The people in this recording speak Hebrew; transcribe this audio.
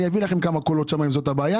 אני אביא לכם כמה קולות שם אם זאת הבעיה